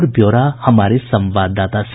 और ब्यौरा हमारे संवाददाता से